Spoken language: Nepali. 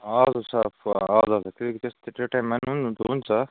हजुर हजुर हुन्छ